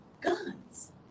guns